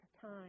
time